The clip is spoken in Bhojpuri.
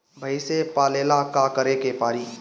भइसी पालेला का करे के पारी?